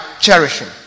cherishing